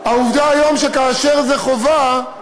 כאשר זה חובה,